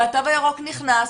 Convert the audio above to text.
והתו הירוק נכנס,